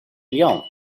اليوم